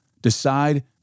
Decide